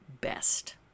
best